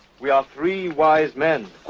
we are three wise men.